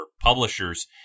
publishers